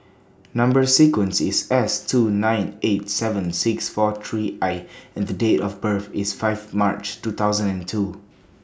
Number sequence IS S two nine eight seven six four three I and The Date of birth IS five March two thousand and two